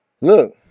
look